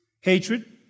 Hatred